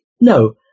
No